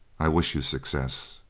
i wish you success.